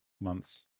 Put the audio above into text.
Months